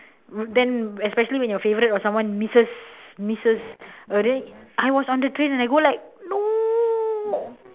then especially when your favourite or someone misses misses I was on the train and I go like no